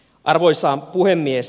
arvoisa puhemies